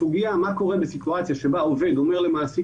הסוגיה מה קורה בסיטואציה בה עובד אומר למעסיק